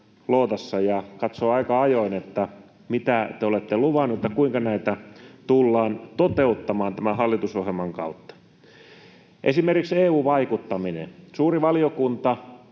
ja katsoa aika ajoin, mitä te olette luvanneet ja kuinka näitä tullaan toteuttamaan tämän hallitusohjelman kautta. Esimerkiksi EU-vaikuttaminen: Suuri valiokunta